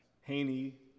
Haney